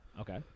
Okay